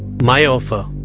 my offer